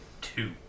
Two